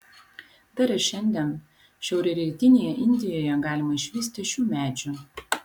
dar ir šiandien šiaurrytinėje indijoje galima išvysti šių medžių